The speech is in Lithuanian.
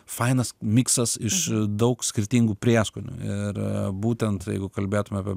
fainas miksas iš daug skirtingų prieskonių ir būtent jeigu kalbėtume apie